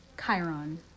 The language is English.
Chiron